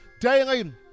daily